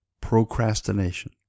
Procrastination